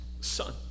son